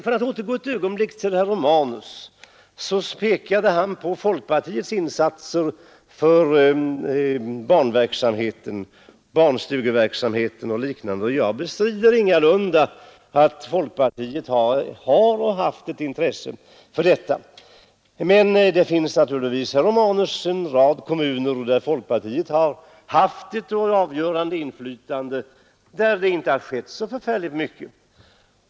För att återgå ett ögonblick till herr Romanus framhöll han folkpartiets insatser bl.a. för barnstugeverksamheten. Jag bestrider ingalunda att folkpartiet har och har haft ett intresse för detta. Men det finns naturligtvis, herr Romanus, en rad kommuner där folkpartiet har haft ett avgörande inflytande och där det inte har skett så förfärligt mycket.